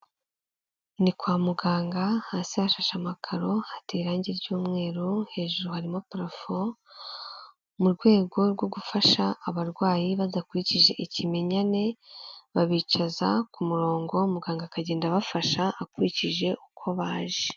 Ni kwa muganga hasi hafasheshe amakaro, hateye irangi ry'umweru, hejuru harimo parofo, mu rwego rwo gufasha abarwayi badakurikije ikimenyane, babicaza ku murongo muganga akagenda abafasha akurikije uko baje.